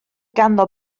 ganddo